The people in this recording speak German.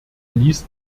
liest